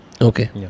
Okay